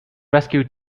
rescue